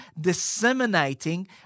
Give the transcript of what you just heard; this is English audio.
disseminating